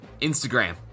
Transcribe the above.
Instagram